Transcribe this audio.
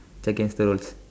it's against the rules